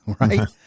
right